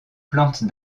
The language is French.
plante